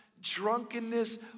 drunkenness